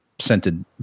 scented